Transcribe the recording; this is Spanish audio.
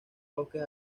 bosques